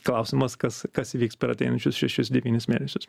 klausimas kas kas vyks per ateinančius šešis devynis mėnesius